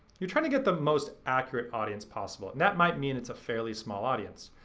you're trying to get the most accurate audience possible. and that might mean it's a fairly small audience.